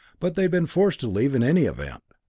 but they'd been forced to leave in any event.